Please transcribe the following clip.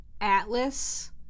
Atlas